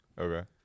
Okay